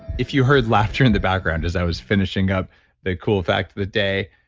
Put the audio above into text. if you heard laughter in the background as i was finishing up the cool fact of the day,